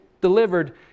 delivered